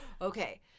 Okay